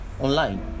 online